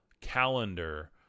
calendar